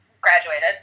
graduated